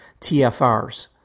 TFRs